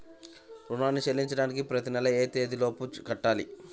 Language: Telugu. రుణాన్ని చెల్లించడానికి ప్రతి నెల ఏ తేదీ లోపు కట్టాలి?